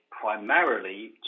primarily